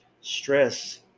stress